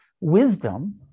wisdom